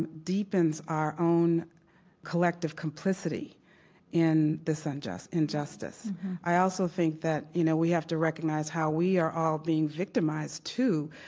and deepens our own collective complicity in this and injustice i also think that you know we have to recognize how we are all being victimized, too,